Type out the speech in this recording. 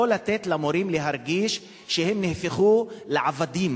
לא לתת למורים להרגיש שהם נהפכו לעבדים